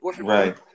right